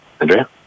Andrea